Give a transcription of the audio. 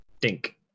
Dink